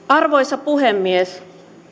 arvoisa puhemies